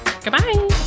Goodbye